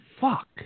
Fuck